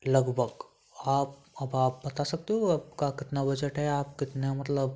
लगभग आप अब आप बता सकते हो आपका कितना बजट है आप कितने में मतलब